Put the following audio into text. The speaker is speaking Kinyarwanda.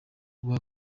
guha